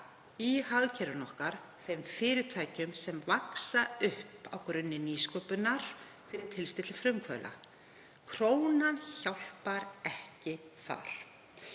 í hagkerfinu okkar þeim fyrirtækjum sem vaxa upp á grunni nýsköpunar fyrir tilstilli frumkvöðla. Krónan hjálpar ekki þar.